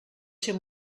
ser